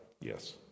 Yes